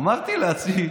אמרתי לעצמי: